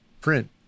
Print